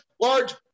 large